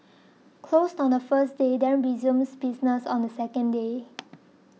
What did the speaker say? closed on the first day then resumes business on the second day